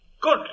Good